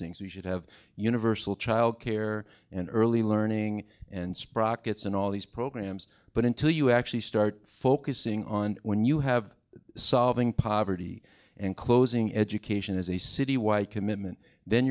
things we should have universal child care and early learning and sprockets and all these programs but until you actually start focusing on when you have solving poverty and closing education as a citywide commitment then